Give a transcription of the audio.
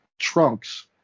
trunks